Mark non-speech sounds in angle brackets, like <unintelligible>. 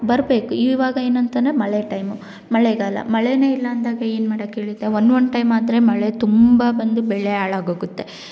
ಬರಬೇಕು ಈವಾಗ ಏನಂತಾನೆ ಮಳೆ ಟೈಮು ಮಳೆಗಾಲ ಮಳೆಯೇ ಇಲ್ಲ ಅಂದಾಗ ಏನು ಮಾಡೋಕ್ಕೆ <unintelligible> ಒನ್ ಒನ್ ಟೈಮ್ ಆದರೆ ಮಳೆ ತುಂಬ ಬಂದು ಬೆಳೆ ಹಾಳಾಗೋಗುತ್ತೆ